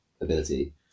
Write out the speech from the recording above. ability